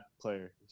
player